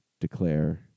declare